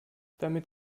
damit